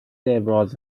ابراز